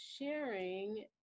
sharing